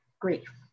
grief